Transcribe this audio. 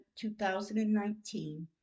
2019